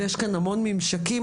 ויש כאן המון ממשקים.